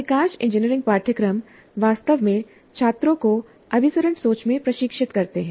अधिकांश इंजीनियरिंग पाठ्यक्रम वास्तव में छात्रों को अभिसरण सोच में प्रशिक्षित करते हैं